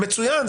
מצוין,